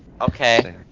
okay